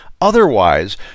Otherwise